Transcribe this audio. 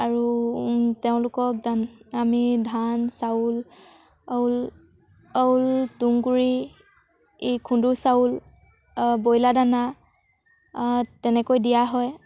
আৰু তেওঁলোকক আমি ধান চাউল তুঁহগুড়ি এই খুন্দু চাউল ব্ৰইলাৰ দানা তেনেকৈ দিয়া হয়